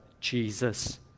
Jesus